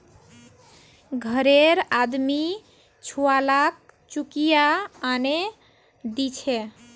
घररे आदमी छुवालाक चुकिया आनेय दीछे